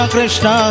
Krishna